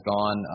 gone